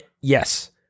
Yes